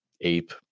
ape